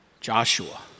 Joshua